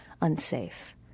unsafe